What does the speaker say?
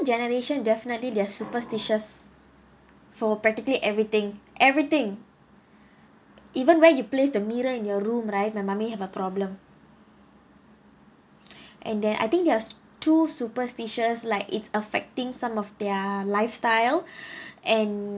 generation definitely there're superstitious for practically everything everything even where you place the mirror in your room right my mummy have a problem and then I think they're too too superstitious like it's affecting some of their lifestyle and